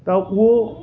त उहो